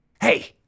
Hey